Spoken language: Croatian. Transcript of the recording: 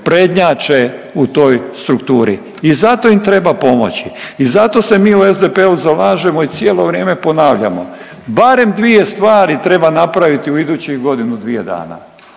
prednjače u toj strukturi i zato im treba pomoći i zato se mi u SDP-u zalažemo i cijelo vrijeme ponavljamo. Barem dvije stvari treba napraviti u idućih godinu, dvije dana.